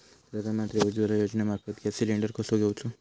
प्रधानमंत्री उज्वला योजनेमार्फत gas cylinder कसो घेऊचो?